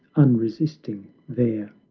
unresisting there.